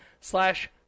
slash